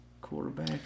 quarterback